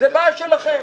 זאת בעיה שלכם.